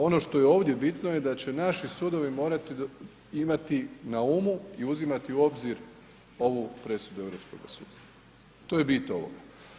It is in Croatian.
Ono što je ovdje bitno je da će naši sudovi morati imati na umu i uzimati u obzir ovu presudu Europskoga suda, to je bit ovoga.